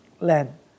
land